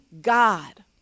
God